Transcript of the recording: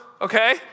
okay